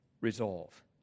resolve